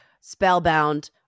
spellbound